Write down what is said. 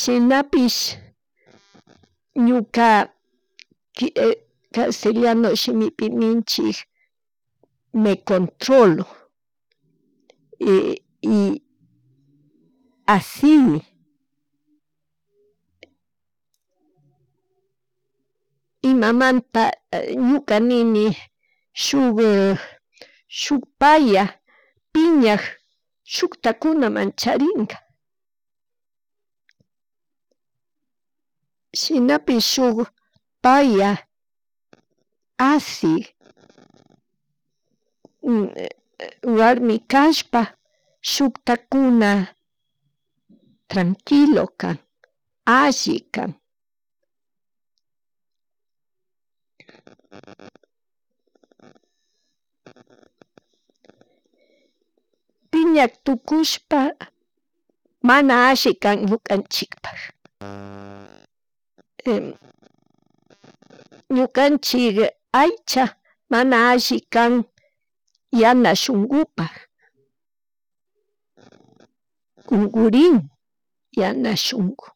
shinapish ñuka castellano shimipi ninchik me controlo, y ashini. Imanta ñuka nini shuk, shuk paya piñak shuta kuna mancharinka, shinapish shuk paya ashik warmi kashpa shuktakuna tranquilo kan alli kan. Piña tukushpa mana alli kan ñukanchikpa ñukanchik aycha mana alli kan yana shunkupak, ungurin ya shunku